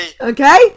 Okay